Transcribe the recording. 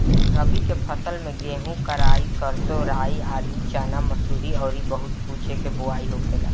रबी के फसल में गेंहू, कराई, सरसों, राई, आलू, चना, मसूरी अउरी बहुत कुछ के बोआई होखेला